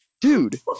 Dude